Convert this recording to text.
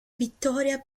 vittoria